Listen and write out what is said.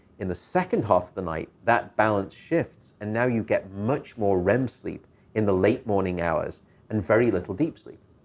in the second half of the night, that balance shifts, and now you get much more rem sleep in the late morning hours and very little deep sleep.